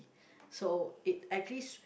so it actually s~